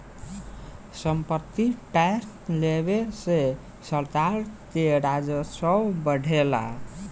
सम्पत्ति टैक्स लेवे से सरकार के राजस्व बढ़ेला